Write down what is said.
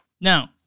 Now